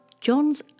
John's